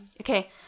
okay